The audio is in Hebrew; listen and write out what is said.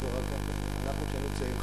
כמונו כשהיינו צעירים,